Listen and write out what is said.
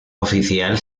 oficial